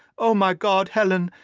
oh, my god! helen!